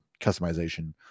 customization